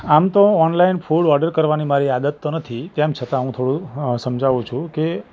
આમ તો online food order કરવાની મારી આદત તો નથી તેમ છતાં હું થોડું સમજાવું છું કે